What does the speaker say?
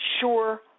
sure